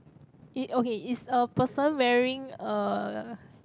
i~ okay is a person wearing a